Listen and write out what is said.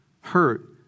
hurt